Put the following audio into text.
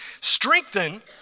Strengthen